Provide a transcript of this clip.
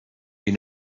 you